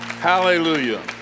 Hallelujah